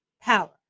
power